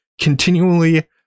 Continually